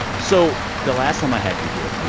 so the last time i had you here,